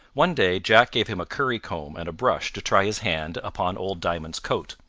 one day jack gave him a curry-comb and a brush to try his hand upon old diamond's coat.